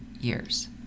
years